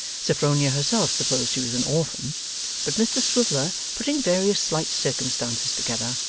sophronia herself supposed she was an orphan but mr swiveller, putting various slight circumstances together,